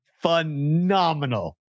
phenomenal